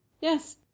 Yes